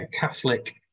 Catholic